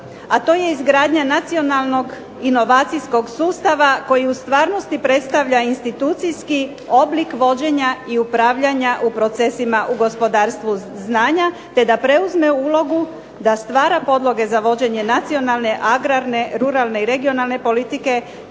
a to je izgradnja nacionalnog inovacijskog sustava koji u stvarnosti predstavlja institucijski oblik vođenja i upravljanja u procesima u gospodarstvu znanja, te da preuzme ulogu da stvara podloge za vođenje nacionalne agrarne, ruralne i regionalne politike